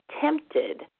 tempted